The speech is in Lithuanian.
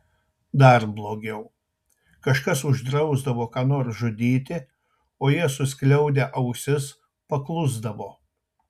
dar blogiau kažkas uždrausdavo ką nors žudyti o jie suskliaudę ausis paklusdavo